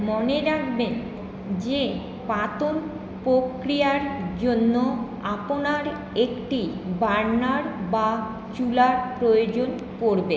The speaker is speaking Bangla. মনে রাখবেন যে পাতন প্রক্রিয়ার জন্য আপনার একটি বার্নার বা চুলার প্রয়োজন পড়বে